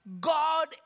God